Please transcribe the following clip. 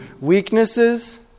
Weaknesses